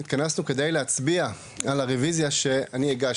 התכנסנו כדי להצביע על הרוויזיה שאני הגשתי.